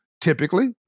Typically